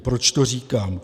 Proč to říkám?